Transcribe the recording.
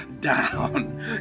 down